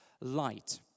light